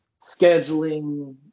scheduling